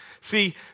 See